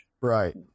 Right